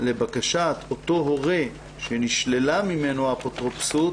לבקשת אותו הורה שנשללה ממנו האפוטרופסות,